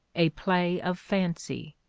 a play of fancy.